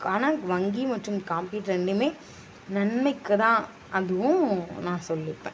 ஆனால் வங்கி மற்றும் காப்பீடு ரெண்டுமே நன்மைக்கு தான் அதுவும் நான் சொல்லிப்பேன்